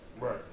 right